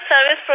service